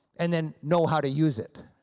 and then know how to use it.